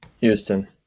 Houston